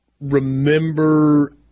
remember